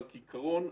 בעיקרון,